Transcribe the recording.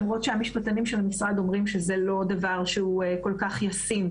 למרות שהמשפטנים של המשרד אומרים שזה לא דבר שהוא כל כך ישים,